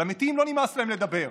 על המתים לא נמאס להם לדבר.